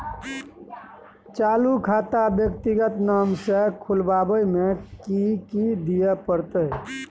चालू खाता व्यक्तिगत नाम से खुलवाबै में कि की दिये परतै?